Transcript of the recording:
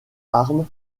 arme